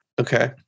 Okay